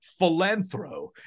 Philanthro